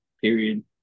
period